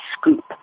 scoop